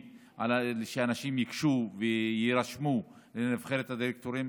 בתקשורת על כך שאנשים ייגשו ויירשמו לנבחרת הדירקטורים.